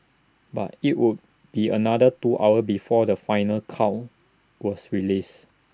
but IT would be another two hours before the final count was released